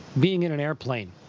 being in an airplane.